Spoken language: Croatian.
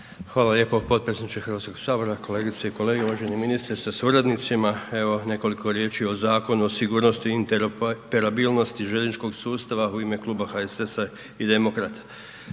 Hvala lijepo potpredsjedniče HS-a, kolegice i kolege, uvaženi ministre sa suradnicima. Evo, nekoliko riječi o Zakonu o sigurnosti interoperabilnosti željezničkog sustava, u ime Kluba HSS-a i Demokrata.